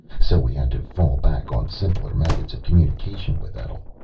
so we had to fall back on simpler methods of communication with etl.